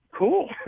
cool